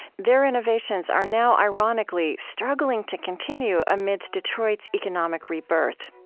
their innovations are now ironically struggling to continue amidst detroit's economic rebirth.